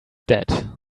dead